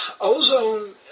Ozone